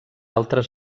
altres